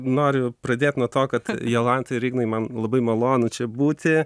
noriu pradėt nuo to kad jolanta ir ignai man labai malonu čia būti